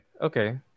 Okay